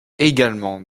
également